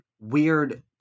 weird